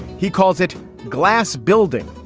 he calls it glass building.